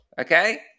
okay